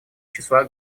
числа